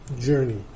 journey